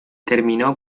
terminó